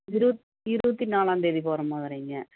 இருபத் இருபத்தி நாலாந்தேதி போகிற மாதிரிங்க